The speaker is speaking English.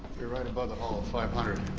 right above the hall, five hundred.